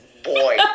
Boy